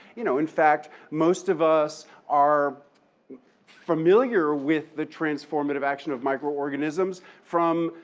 you know in fact, most of us are familiar with the transformative action of microorganisms from,